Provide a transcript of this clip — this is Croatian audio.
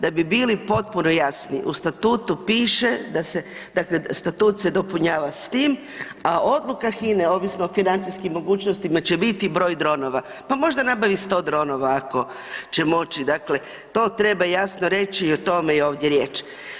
Da bi bili potpuno jasni u statutu piše da se, dakle statut se dopunjava s tim, a odluka Hine ovisno o financijskim mogućnostima će biti broj dronova, pa možda nabavi 100 dronova ako će moći, dakle to treba jasno reći i o tome je ovdje riječ.